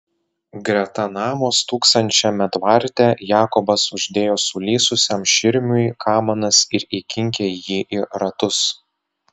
greta namo stūksančiame tvarte jakobas uždėjo sulysusiam širmiui kamanas ir įkinkė jį į ratus